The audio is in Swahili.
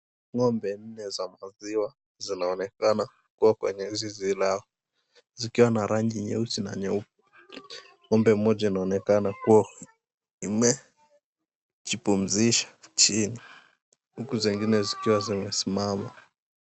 Ng'ombe nne za maziwa zinaonekana zikiwa kwenye zizi lao zikiwa na rangi nyeusi na nyeupe. Ng'ombe mmoja inaoekana kuwa imejipumzisha chini huku zingine zikiwa zimesimama.